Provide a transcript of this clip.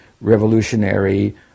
revolutionary